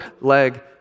leg